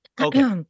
Okay